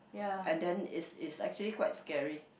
and then is is actually quite scary